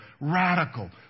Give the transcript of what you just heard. Radical